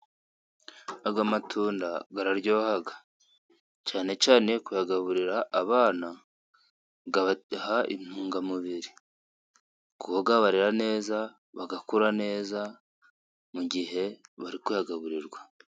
Aya amatunda araryoha. cyane cyane kuyagaburira abana abaha intungamubiri ku yabagaburira neza bagakura neza mu gihe bari kuyagaburirwa.